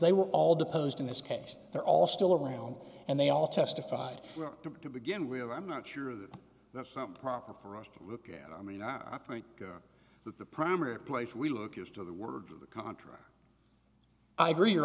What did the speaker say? they were all the post in this case they're all still around and they all testified to begin with i'm not sure that that's not proper for us to look at i mean i think that the primary place we look is to the words of the contract i agree you